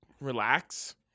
relax –